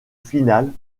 finale